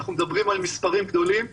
אנחנו מדברים על מספרים גדולים.